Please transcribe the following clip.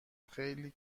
خیلی